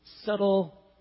subtle